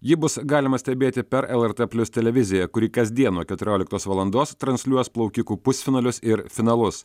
jį bus galima stebėti per lrt plius televiziją kuri kasdien nuo keturioliktos valandos transliuos plaukikų pusfinalius ir finalus